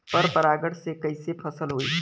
पर परागण से कईसे फसल होई?